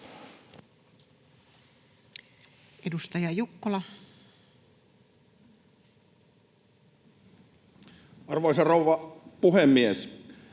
Edustaja Jukkola. Arvoisa rouva puhemies!